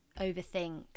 overthink